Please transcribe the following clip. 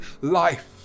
life